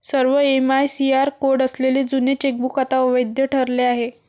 सर्व MICR code असलेले जुने चेकबुक आता अवैध ठरले आहे